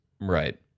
right